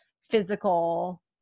physical